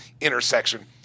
intersection